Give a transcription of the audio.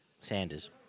Sanders